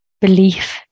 belief